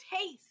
taste